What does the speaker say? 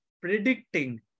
predicting